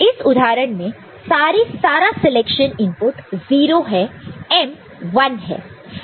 इस उदाहरण में सारा सिलेक्शन इनपुट 0 है M 1 है